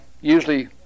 usually